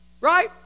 Right